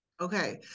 okay